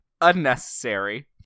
Unnecessary